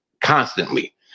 constantly